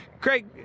Craig